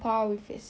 asyik nak main jer